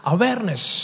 Awareness